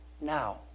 now